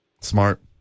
Smart